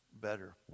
better